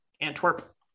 antwerp